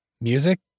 music